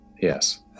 Yes